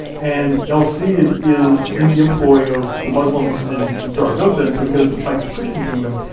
and el cid is in the employ of the muslims in zaragoza, and so he goes to fight this christian kingdom.